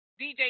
DJ